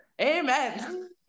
Amen